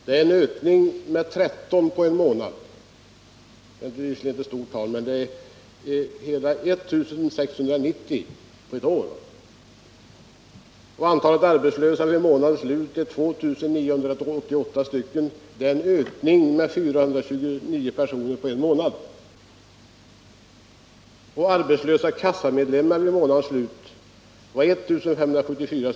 Det är en ökning med 13 på en månad, som naturligtvis inte är något stort tal, men det är hela 1690 på ett år. Antalet arbetslösa vid månadens slut var 2 988. Det är en ökning med 429 personer på en månad. Antalet arbetslösa kassamedlemmar vid månadens slut var 1574.